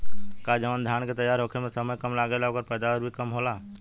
का जवन धान के तैयार होखे में समय कम लागेला ओकर पैदवार भी कम होला?